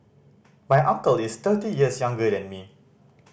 my uncle is thirty years younger than me